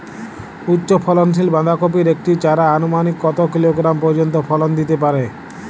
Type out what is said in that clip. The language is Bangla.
উচ্চ ফলনশীল বাঁধাকপির একটি চারা আনুমানিক কত কিলোগ্রাম পর্যন্ত ফলন দিতে পারে?